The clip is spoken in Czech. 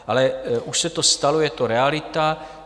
Ale už se to stalo, je to realita.